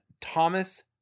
Thomas